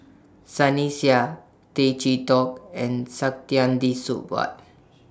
Sunny Sia Tay Chee Toh and Saktiandi Supaat